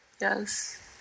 yes